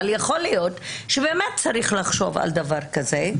אבל יכול להיות שבאמת צריך לחשוב על דבר כזה.